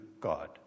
God